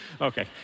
Okay